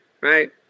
right